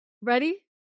Ready